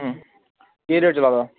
केह् नेहा चला दा